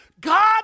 God